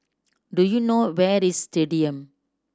do you know where is Stadium